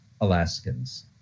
Alaskans